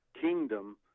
kingdom